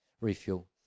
refuel